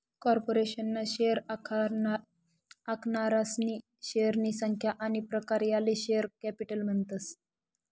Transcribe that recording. corporation ना share आखनारासनी शेअरनी संख्या आनी प्रकार याले शेअर कॅपिटल म्हणतस